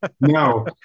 No